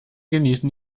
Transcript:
genießen